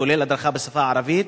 כולל הדרכה בשפה הערבית,